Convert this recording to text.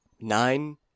nine